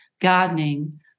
gardening